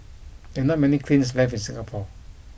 there are not many kilns left in Singapore